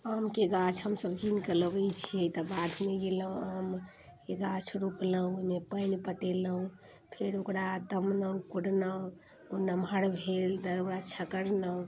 आमके गाछ हमसब कीनके लबैत छियै तऽ बाधमे गेलहुँ आमके गाछ रोपलहुँ ओहिमे पानि पटेलहुँ फेर ओकरा तमलहुँ कोरलहुँ ओ नमहर भेल तऽ ओकरा छकरलहुँ